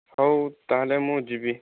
ହଉ ତାହେଲେ ମୁଁ ଯିବି